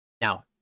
Now